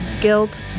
guilt